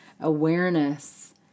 awareness